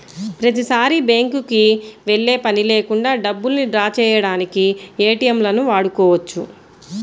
ప్రతిసారీ బ్యేంకుకి వెళ్ళే పని లేకుండా డబ్బుల్ని డ్రా చేయడానికి ఏటీఎంలను వాడుకోవచ్చు